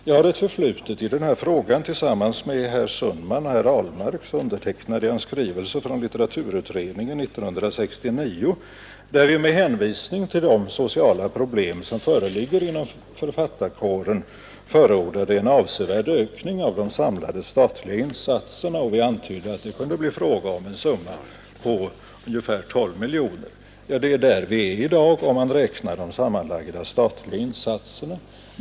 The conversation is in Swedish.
Jag har ett förflutet i den här frågan; tillsammans med herr Sundman och herr Ahlmark undertecknade jag en skrivelse från litteraturutredningen 1969, där vi med hänvisning till de sociala problem som förelåg inom författarkåren förordade en avsevärd ökning av de samlade statliga insatserna, och vi antydde att det kunde bli fråga om en summa på ungefär 12 miljoner kronor. Till det beloppet har vi kommit i dag, om man räknar de sammanlagda statliga insatserna.